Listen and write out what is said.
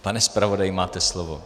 Pane zpravodaji, máte slovo.